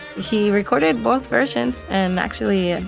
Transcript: he recorded both versions. and actually,